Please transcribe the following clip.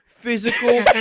physical